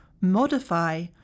modify